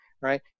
right